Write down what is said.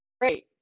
great